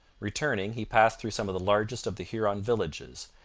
returning, he passed through some of the largest of the huron villages,